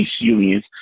unions